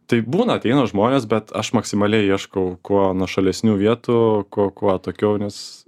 tai būna ateina žmonės bet aš maksimaliai ieškau kuo nuošalesnių vietų kuo atokiau nes